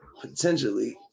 potentially